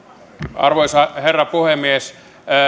arvoisa herra puhemies